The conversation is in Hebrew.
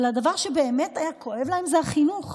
אבל הדבר שבאמת היה כואב להם זה החינוך.